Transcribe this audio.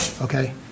Okay